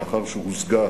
מאחר שהושגה